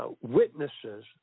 witnesses